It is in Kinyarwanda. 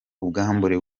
ubwambure